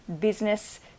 business